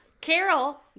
Carol